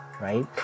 right